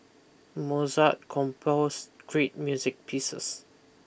Mozart composed great music pieces